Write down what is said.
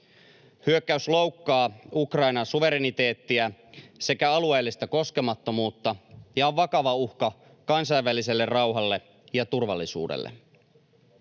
Hyökkäys loukkaa Ukrainan suvereniteettia sekä alueellista koskemattomuutta ja on vakava uhka kansainväliselle rauhalle ja turvallisuudelle.